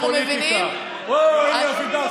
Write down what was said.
אנחנו מבינים, הו, הינה אבידר.